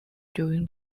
during